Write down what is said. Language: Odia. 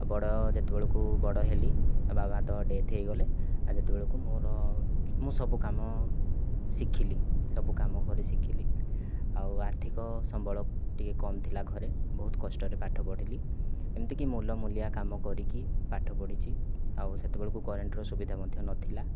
ବଡ଼ ଯେତେବେଳେ କୁ ବଡ଼ ହେଲି ବାବା ତ ଡେଥ୍ ହୋଇଗଲେ ସେତେବେଳେକୁ ମୋର ମୁଁ ସବୁକାମ ଶିଖିଲି ସବୁକାମ କରି ଶିଖିଲି ଆଉ ଆର୍ଥିକ ସମ୍ବଳ ଟିକେ କମ ଥିଲା ଘରେ ବହୁତ କଷ୍ଟରେ ପାଠ ପଢ଼ିଲି ଏମିତିକି ମୁଲ ମୁଲିଆ କାମ କରିକି ପାଠ ପଢ଼ିଛି ଆଉ ସେତେବେଳେକୁ କରେଣ୍ଟର ସୁବିଧା ମଧ୍ୟ ନଥିଲା